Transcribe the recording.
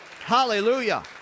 Hallelujah